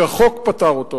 שהחוק פטר אותו,